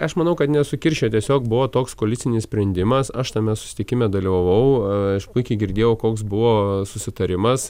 aš manau kad nesukiršijo tiesiog buvo toks koalicinis sprendimas aš tame susitikime dalyvavau aš puikiai girdėjau koks buvo susitarimas